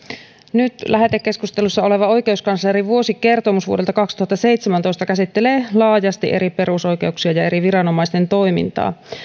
nyt lähetekeskustelussa oleva oikeuskanslerin vuosikertomus vuodelta kaksituhattaseitsemäntoista käsittelee laajasti eri perusoikeuksia ja eri viranomaisten toimintaa